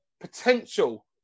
potential